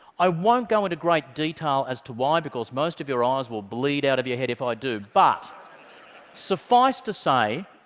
i won't go into great detail as to why, because most of your eyes will bleed out of your head if i do, but suffice to say,